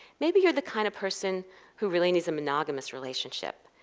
maybe you're the kind of person who really needs a monogamous relationship.